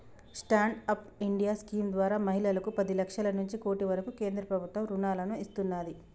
stand up India scheme ద్వారా మహిళలకు పది లక్షల నుంచి కోటి వరకు కేంద్ర ప్రభుత్వం రుణాలను ఇస్తున్నాది